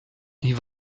die